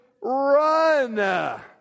run